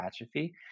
atrophy